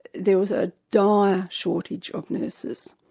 there was a dire shortage of nurses,